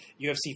UFC